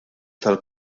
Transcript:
tal